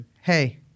Hey